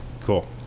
cool